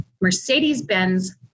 Mercedes-Benz